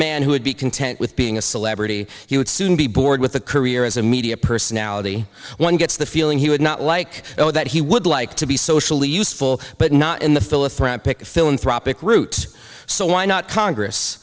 man who would be content with being a celebrity he would soon be bored with a career as a media personality one gets the feeling he would not like oh that he would like to be socially useful but not in the philanthropic philanthropic route so why not congress